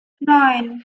neun